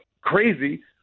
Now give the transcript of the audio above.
crazy